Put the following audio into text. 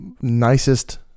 nicest